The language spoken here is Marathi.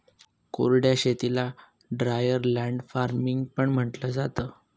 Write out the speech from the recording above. कोरड्या शेतीला ड्रायर लँड फार्मिंग पण म्हंटलं जातं